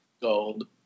Gold